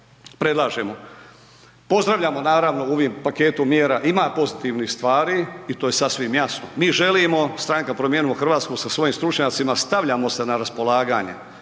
predlažemo? Pozdravljamo naravno u ovom paketu mjera, ima pozitivnih stvari, i to je sasvim jasno, mi želimo, Stranka Promijenimo Hrvatsku sa svojim stručnjacima, stavljamo se na raspolaganje,